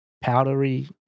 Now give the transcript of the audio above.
Powdery